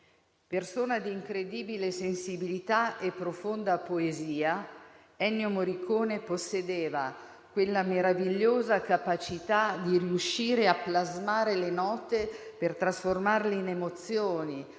Persona di incredibile sensibilità e profonda poesia, Ennio Morricone possedeva quella meravigliosa capacità di riuscire a plasmare le note per trasformarle in emozioni,